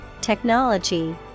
technology